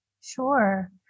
Sure